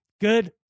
good